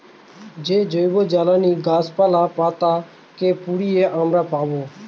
যে জৈবজ্বালানী গাছপালা, পাতা কে পুড়িয়ে আমরা পাবো